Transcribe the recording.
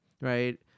Right